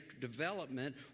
development